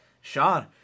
Sean